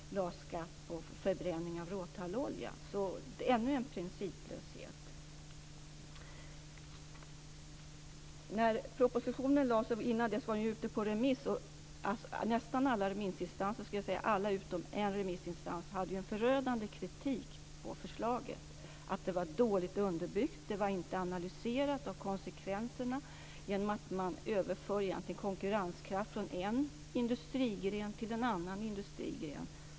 Skatten på förbränning av råtallolja innebar ytterligare en principlöshet. Innan propositionen lades fram var den ute på remiss. Alla remissinstanser utom en innehöll en förödande kritik mot förslaget. Förslaget var dåligt underbyggt och konsekvenserna var inte analyserade. Det innebar att man överförde konkurrenskraft från en industrigren till en annan industrigren.